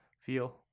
feel